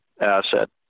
asset